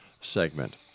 segment